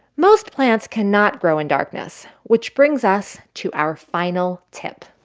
most plants cannot grow in darkness, which brings us to our final tip